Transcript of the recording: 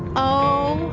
oh,